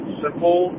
simple